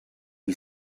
you